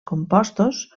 compostos